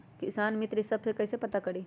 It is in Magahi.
किसान मित्र ई सब मे कईसे पता करी?